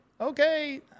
okay